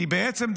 כי בעצם,